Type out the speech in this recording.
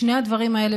שני הדברים האלה,